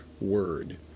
word